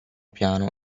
piano